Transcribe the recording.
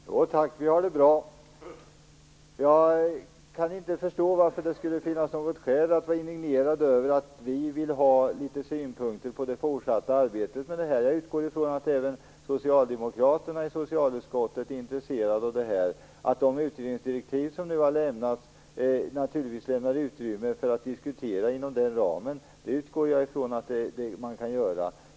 Herr talman! Jo tack, vi har det bra! Jag kan inte förstå att det skulle finnas något skäl att vara indignerad över att vi vill anlägga litet synpunkter på det fortsatta arbetet i detta sammanhang. Jag utgår från att även socialdemokraterna i socialutskottet är intresserade av det här och att de utredningsdirektiv som nu har lämnats ger oss utrymme att föra en diskussion.